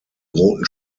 roten